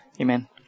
Amen